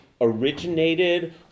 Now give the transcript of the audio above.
originated